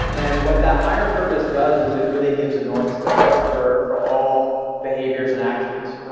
and what that higher purpose does is it really gives a north star for for all behaviors and actions.